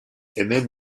hemen